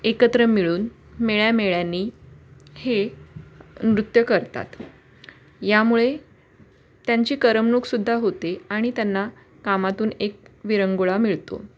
एकत्र मिळून मेळ्यामेळ्यांनी हे नृत्य करतात यामुळे त्यांची करमणूकसुद्धा होते आणि त्यांना कामातून एक विरंगुळा मिळतो